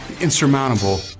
insurmountable